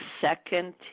second